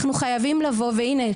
אנחנו חייבים לבוא והנה,